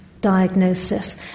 diagnosis